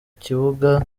kibuga